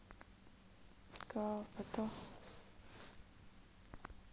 पशु ऋण काला मिलही?